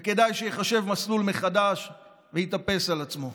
וכדאי שיחשב מסלול מחדש ויתאפס על עצמו.